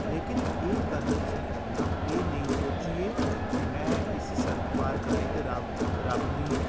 लेकिन एह् कर्म तुसें करना एह् नेईं सोचियै जे में इसी शिड़क पार कराई ते रब मिगी